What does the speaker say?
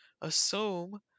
assume